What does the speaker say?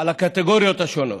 על הקטגוריות השונות.